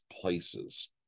places